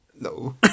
No